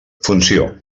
funció